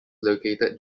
located